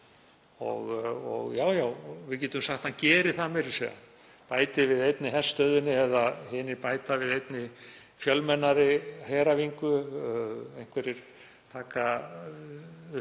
Og já, við getum sagt að hann geri það meira að segja, bæti við einni herstöðinni eða hinir bæta við einni fjölmennari heræfingu. Einhverjir taka upp á að